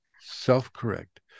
Self-correct